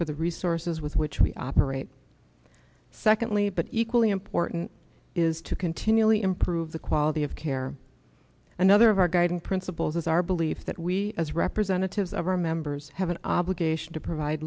for the resources with which we operate secondly but equally important is to continually improve the quality of care another of our guiding principles is our belief that we as representatives of our members have an obligation to provide